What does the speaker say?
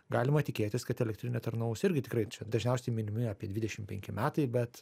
galima tikėtis kad elektrinė tarnaus irgi tikrai čia dažniausiai minimi apie dvidešim penki metai bet